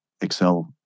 excel